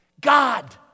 God